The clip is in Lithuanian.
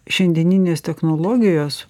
šiandieninės technologijos